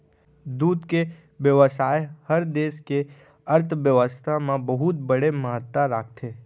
दूद के बेवसाय हर देस के अर्थबेवस्था म बहुत बड़े महत्ता राखथे